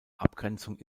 abgrenzung